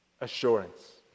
assurance